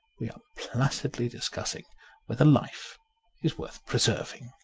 we are placidly discussing whether life is worth preserving.